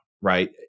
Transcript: right